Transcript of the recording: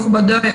מכובדיי,